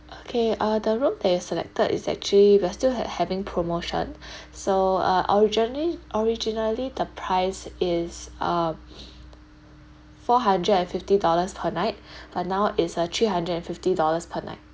okay uh the room that you selected is actually we're still had having promotion so uh originally originally the price is uh four hundred and fifty dollars per night but now is uh three hundred and fifty dollars per night